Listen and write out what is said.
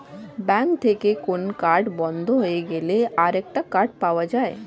bank থেকে কোন card বন্ধ হয়ে গেলে আরেকটা কার্ড পাওয়া যায়